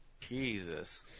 Jesus